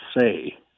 say